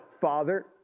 Father